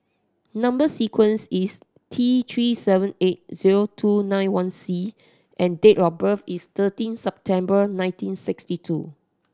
number sequence is T Three seven eight zero two nine one C and date of birth is thirteen September nineteen sixty two